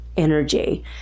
Energy